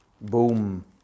Boom